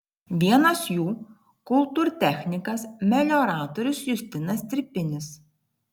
vienas jų kultūrtechnikas melioratorius justinas stripinis